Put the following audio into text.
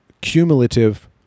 cumulative